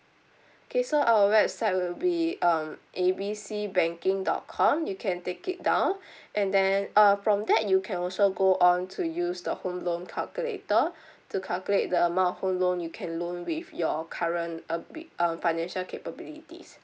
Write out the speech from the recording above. okay so our website will be um A B C banking dot com you can take it down and then err from that you can also go on to use the home loan calculator to calculate the amount of home loan you can loan with your current a bit um financial capabilities